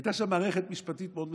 הייתה שם מערכת משפטית מאוד מסודרת,